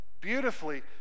beautifully